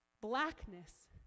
blackness